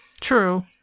True